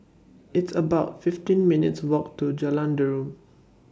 It's about fifteen minutes' Walk to Jalan Derum